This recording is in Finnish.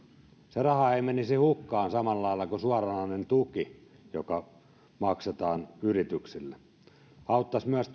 se raha ei menisi hukkaan samalla lailla kuin suoranainen tuki joka maksetaan yrityksille se auttaisi myös